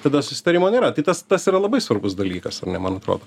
tada susitarimo nėra tai tas tas yra labai svarbus dalykas ar ne man atrodo